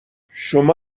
شما